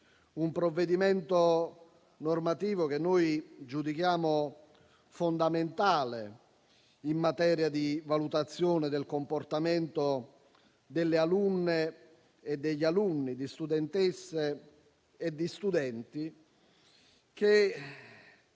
un provvedimento normativo che giudichiamo fondamentale, in materia di valutazione del comportamento delle alunne e degli alunni, delle studentesse e degli studenti, che